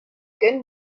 good